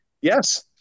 yes